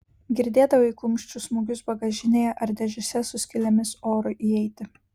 girdėdavai kumščių smūgius bagažinėje ar dėžėse su skylėmis orui įeiti